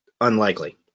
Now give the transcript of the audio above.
unlikely